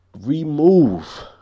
remove